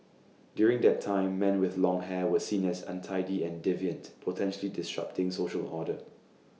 during that time man with long hair were seen as untidy and deviant potentially disrupting social order